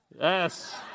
Yes